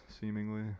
seemingly